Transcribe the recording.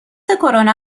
کرونا